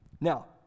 Now